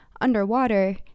underwater